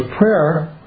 prayer